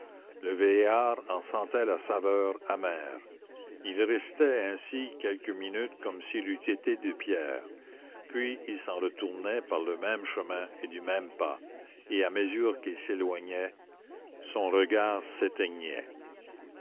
le vieillard en sentait la saveur amère il restait ainsi quelques minutes comme s'il eût été de pierre puis il s'en retournait par le même chemin et du même pas et à mesure qu'il s'éloignait son regard s'éteignait